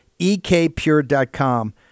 ekpure.com